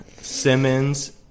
Simmons